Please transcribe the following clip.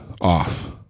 off